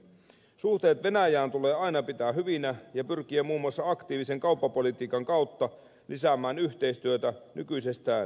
suhteet venäjään tulee aina pitää hyvinä ja muun muassa aktiivisen kauppapolitiikan kautta yhteistyötä tulee pyrkiä lisäämään nykyisestään